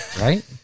Right